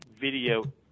video